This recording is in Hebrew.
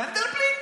מנדלבליט?